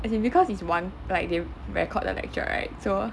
as in because it's one like they record the lecture right so